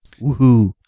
Woohoo